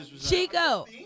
Chico